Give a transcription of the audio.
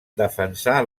defensà